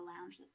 lounge